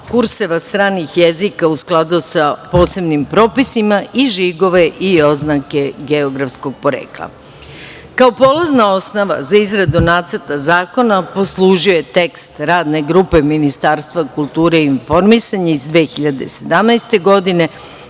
kurseva stranih jezika u skladu sa posebnim propisima i žigove i oznake geografskog porekla. Kao polazna osnova za izradu Nacrta zakona poslužio je tekst Radne grupe Ministarstva kulture i informisanja iz 2017. godine,